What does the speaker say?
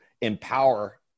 empower